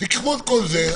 קחו את כל זה,